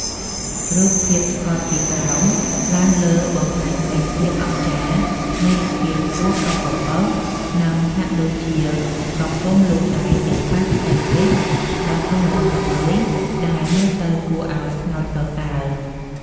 រូបភាពថតពីក្រោមឡើងលើបង្ហាញពីភាពអស្ចារ្យនៃអាគារខ្ពស់កប់ពពក និង ហាក់ដូចជាកំពុងលូកដៃទៅប៉ះផ្ទៃមេឃដ៏ធំល្វឹងល្វើយដែលមើលទៅគួរឱ្យស្ងើចសរសើរ។